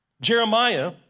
Jeremiah